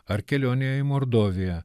ar kelionėje į mordoviją